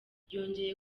yongeye